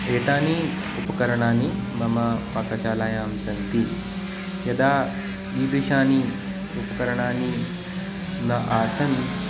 एतानि उपकरणानि मम पाकशालायां सन्ति यदा ईदृशानि उपकरणानि न आसन्